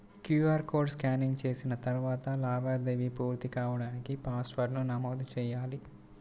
QR code scanning చేసిన తరువాత లావాదేవీ పూర్తి కాడానికి పాస్వర్డ్ను నమోదు చెయ్యాలి